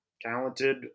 talented